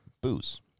booze